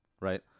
right